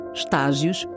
estágios